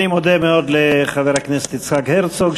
אני מודה מאוד לחבר הכנסת יצחק הרצוג,